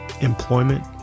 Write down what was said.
employment